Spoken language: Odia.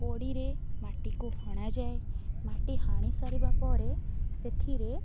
କୋଡ଼ିରେ ମାଟିକୁ ହଣା ଯାଏ ମାଟି ହାଣି ସାରିବା ପରେ ସେଥିରେ